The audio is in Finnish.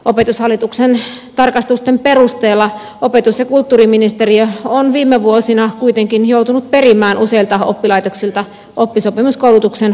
opetushallituksen tarkastusten perusteella opetus ja kulttuuriministeriö on viime vuosina kuitenkin joutunut perimään useilta oppilaitoksilta oppisopimuskoulutuksen valtionosuuksia takaisin